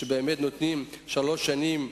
שנותנים שלוש שנים,